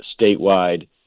statewide